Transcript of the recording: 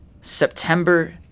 September